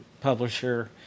publisher